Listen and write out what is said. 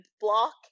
block